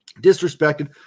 Disrespected